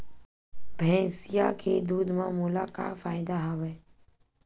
भैंसिया के दूध म मोला का फ़ायदा हवय?